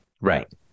Right